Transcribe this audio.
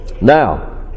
Now